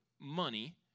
money